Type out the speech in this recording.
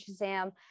Shazam